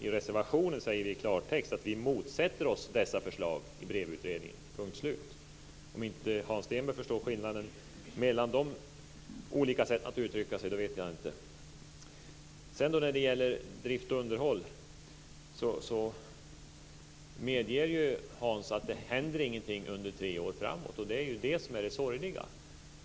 I reservationen säger vi i klartext att vi motsätter oss dessa förslag i BREV-utredningen, punkt slut. Hans Stenberg borde förstå skillnaden mellan dessa olika sätt att uttrycka sig. När det sedan gäller drift och underhåll medger Hans att det inte händer någonting under tre år framåt, och det är det som är det sorgliga.